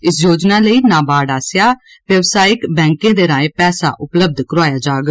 इस योजना लेई नाबार्ड आसेआ बवसायिक बैंकें दे राएं पैसा उपलब्ध करोआया जाग